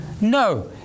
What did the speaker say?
No